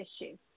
issue